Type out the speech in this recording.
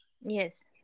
Yes